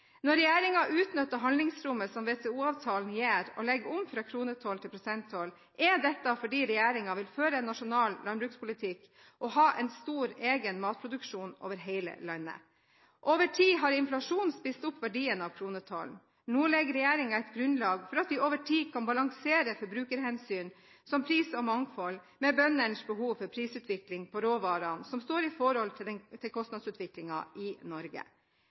Når regjeringen utnytter handlingsrommet som WTO-avtalen gir, og legger om fra kronetoll til prosenttoll, er dette fordi regjeringen vil føre en nasjonal landbrukspolitikk og ha en stor, egen matproduksjon over hele landet. Over tid har inflasjon spist opp verdien av kronetollen. Nå legger regjeringen et grunnlag for at vi over tid kan balansere forbrukerhensyn som pris og mangfold med bøndenes behov for en prisutvikling på råvarene som står i forhold til kostnadsutviklingen i Norge. I